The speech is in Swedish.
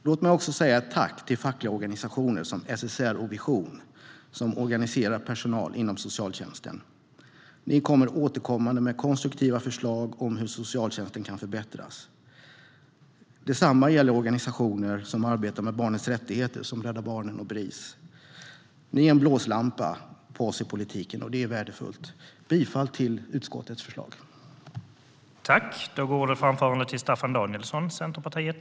Låt mig också säga tack till fackliga organisationer som SSR och Vision som organiserar personal inom socialtjänsten. Ni kommer återkommande med konstruktiva förslag om hur socialtjänsten kan förbättras. Detsamma gäller organisationer som arbetar med barnens rättigheter som Rädda Barnen och Bris. Ni är en blåslampa på oss i politiken, och det är värdefullt. Jag yrkar bifall till socialutskottets förslag i betänkandet.